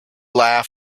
laugh